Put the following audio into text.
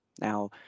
Now